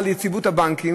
על יציבות הבנק.